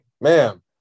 ma'am